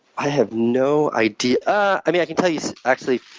i have no idea. i mean, i can tell you actually